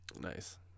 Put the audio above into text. nice